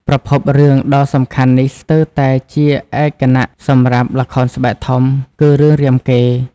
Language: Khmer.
ប្រភពរឿងដ៏សំខាន់នេះស្ទើរតែជាឯកគណៈសម្រាប់ល្ខោនស្បែកធំ គឺ រឿងរាមកេរ្តិ៍ ។